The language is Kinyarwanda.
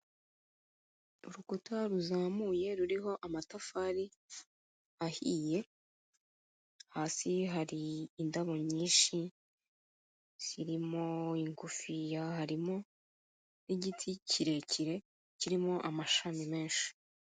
Urukuta ruzamuye ruriho amatafari ahiye, hasi hari indabo nyinshi, zirimo ingufiya, harimo n'igiti kirekire, kirimo amashami menshi.